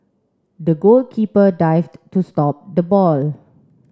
the goalkeeper dived to stop the ball